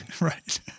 right